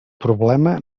problema